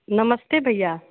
नमस्ते भैया